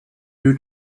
new